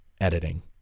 editing